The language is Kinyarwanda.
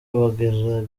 bagerageza